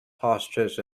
pastures